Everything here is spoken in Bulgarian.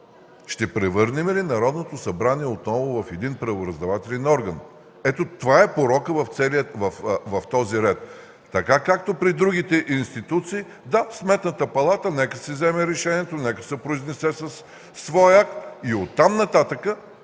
Ще превърнем ли Народното събрание отново в един правораздавателен орган? Ето, това е порокът в този ред. Както при другите институции – да, Сметната палата нека си вземе решението, нека се произнесе със свой акт и от там нататък